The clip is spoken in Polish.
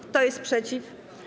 Kto jest przeciw?